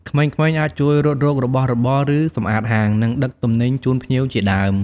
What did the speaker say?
ក្មេងៗអាចជួយរត់រករបស់របរ ឬសម្អាតហាង និងដឹកទំនិញជូនភ្ញៀវជាដើម។